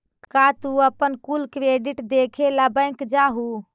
का तू अपन कुल क्रेडिट देखे ला बैंक जा हूँ?